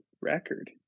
record